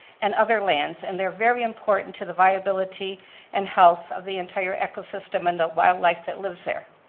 and other lands and they're very important to the viability and health of the entire ecosystem and the wildlife that lives there.